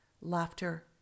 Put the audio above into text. laughter